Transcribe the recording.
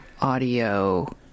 audio